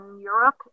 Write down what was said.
Europe